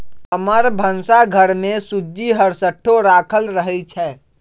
हमर भन्सा घर में सूज्ज़ी हरसठ्ठो राखल रहइ छै